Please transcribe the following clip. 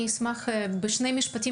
אני אשמח אם תתייחסי בשני משפטים,